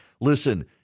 Listen